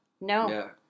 No